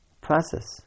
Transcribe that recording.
process